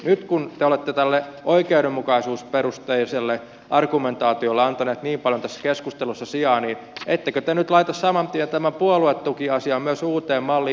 nyt kun te olette tälle oikeudenmukaisuusperusteiselle argumentaatiolle antaneet niin paljon tässä keskustelussa sijaa niin ettekö te nyt laita saman tien myös tämän puoluetukiasian uuteen malliin